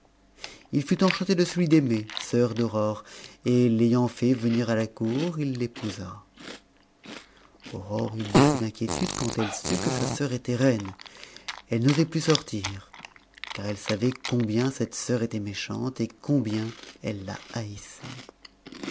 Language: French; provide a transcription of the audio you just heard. il fut enchanté de celui d'aimée sœur d'aurore et l'ayant fait venir à la cour il l'épousa aurore eut beaucoup d'inquiétude quand elle sut que sa sœur était reine elle n'osait plus sortir car elle savait combien cette sœur était méchante et combien elle la haïssait